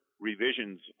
revisions